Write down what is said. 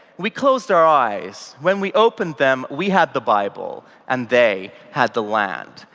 we closed our eyes. when we opened them, we had the bible and they had the land.